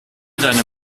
deine